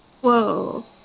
Whoa